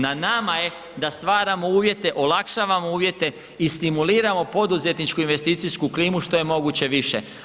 Na nama je da stvaramo uvjete, olakšavamo uvjete i stimuliramo poduzetničku investicijsku klimu što je moguće više.